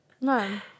No